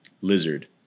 lizard